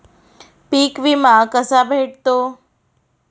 पीक विमा कसा भेटतो?